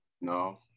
No